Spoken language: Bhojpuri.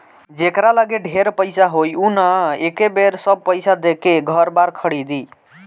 जेकरा लगे ढेर पईसा होई उ न एके बेर सब पईसा देके घर बार खरीदी